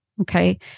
Okay